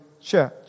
church